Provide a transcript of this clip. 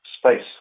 space